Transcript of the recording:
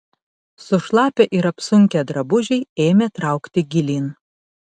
sušlapę ir apsunkę drabužiai ėmė traukti gilyn